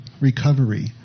recovery